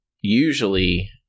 usually